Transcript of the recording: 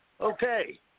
okay